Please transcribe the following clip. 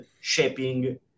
shaping